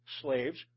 slaves